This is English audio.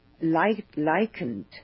likened